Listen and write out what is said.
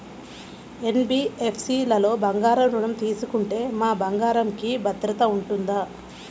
NBFC లలో బంగారు ఋణం తీసుకుంటే మా బంగారంకి భద్రత ఉంటుందా?